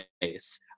base